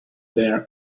their